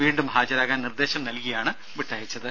വീണ്ടും ഹാജരാകാൻ നിർദേശം നൽകിയാണ് വിട്ടയച്ചത്